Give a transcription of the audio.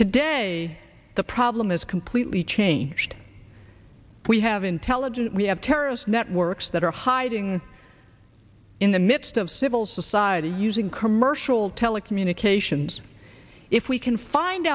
today the problem is completely changed we have intelligent we have terrorist networks that are hiding in the midst of civil society using commercial telecommunications if we can find